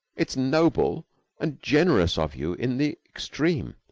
it's noble and generous of you in the extreme,